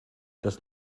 das